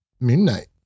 midnight